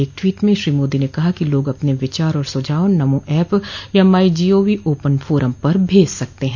एक ट्वीट में श्री मोदी ने कहा कि लोग अपने विचार और सुझाव नमो ऐप या माई जीओवी ओपन फोरम पर भेज सकते हैं